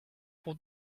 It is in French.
pour